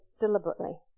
deliberately